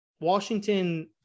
Washington